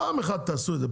פעם אחת תעשו את זה,